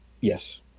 yes